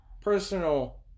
personal